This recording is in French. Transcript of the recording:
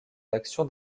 l’action